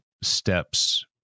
steps